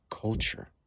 culture